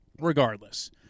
Regardless